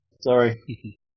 Sorry